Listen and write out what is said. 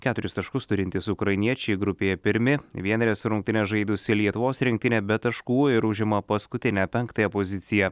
keturis taškus turintys ukrainiečiai grupėje pirmi vienerias rungtynes žaidusi lietuvos rinktinė be taškų ir užima paskutinę penktąją poziciją